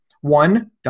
One